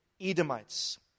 Edomites